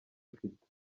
ufite